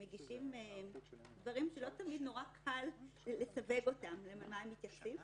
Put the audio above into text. הם מגישים דברים שלא תמיד נורא קל לסווג למה הם מתייחסים.